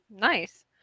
Nice